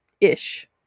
Ish